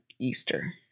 Easter